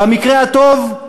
במקרה הטוב,